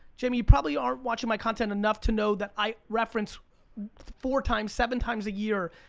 jamie you probably aren't watching my content enough to know that i reference four times, seven times a year,